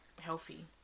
healthy